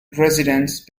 residence